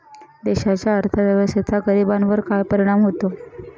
देशाच्या अर्थव्यवस्थेचा गरीबांवर काय परिणाम होतो